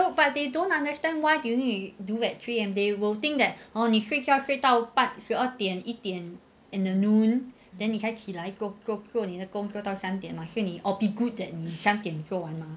no no but they don't understand why do you need to do at three A_M they will think that oh 你睡觉睡到十二点一点 in the noon then 你才起来做做做你的工作到三点吗是你 orbi good that 你三点做完吗